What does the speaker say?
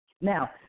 Now